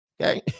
Okay